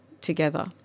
together